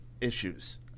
issues